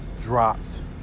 dropped